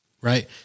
Right